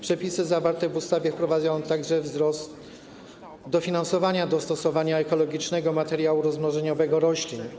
Przepisy zawarte w ustawie wprowadzają także wzrost dofinansowania dostosowania ekologicznego materiału rozmnożeniowego roślin.